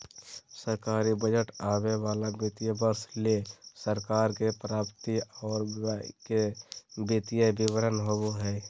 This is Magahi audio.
सरकारी बजट आवे वाला वित्तीय वर्ष ले सरकार के प्राप्ति आर व्यय के वित्तीय विवरण होबो हय